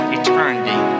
eternity